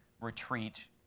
retreat